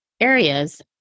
areas